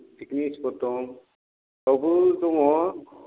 picnic spot दं बेयावबो दङ